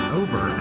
over